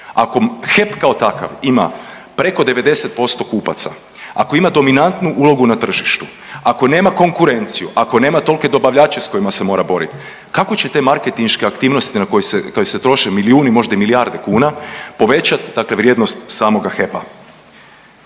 Ako HEP kao takav ima preko 90% kupaca, ako ima dominantnu ulogu na tržištu, ako nema konkurenciju, ako nema tolike dobavljače sa kojima se mora boriti kako će te marketinške aktivnosti na koje se troše milijuni, možda i milijarde kuna povećati, dakle vrijednost samoga HEP-A?